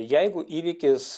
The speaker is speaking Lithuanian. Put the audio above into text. jeigu įvykis